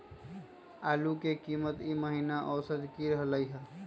आलू के कीमत ई महिना औसत की रहलई ह?